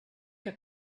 que